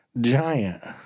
giant